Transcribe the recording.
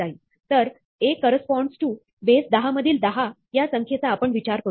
तरA corresponds to base 10 मधील 10 या संख्येचा आपण विचार करू